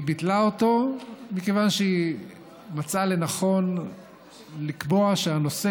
היא ביטלה אותו מכיוון שהיא מצאה לנכון לקבוע שהנושא